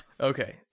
Okay